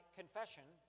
confession